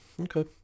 okay